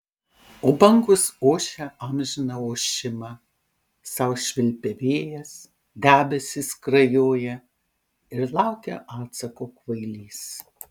o bangos ošia amžiną ošimą sau švilpia vėjas debesys skrajoja ir laukia atsako kvailys